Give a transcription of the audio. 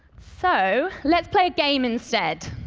so, let's play a game instead.